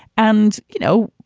and you know,